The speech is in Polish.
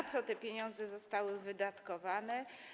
Na co te pieniądze zostały wydatkowane?